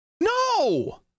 No